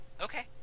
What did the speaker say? Okay